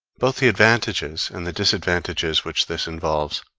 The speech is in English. both the advantages and the disadvantages which this involves,